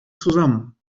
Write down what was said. zusammen